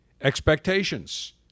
expectations